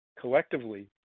Collectively